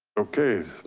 okay.